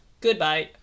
Goodbye